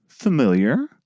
familiar